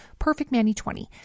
perfectmanny20